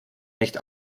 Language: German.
nicht